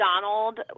Donald